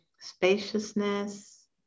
spaciousness